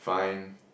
fine